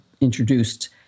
introduced